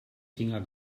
finger